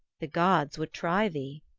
the gods would try thee.